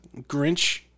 Grinch